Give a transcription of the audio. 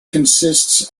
consists